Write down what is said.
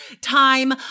time